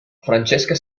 francesca